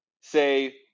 say